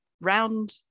round